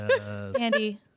Andy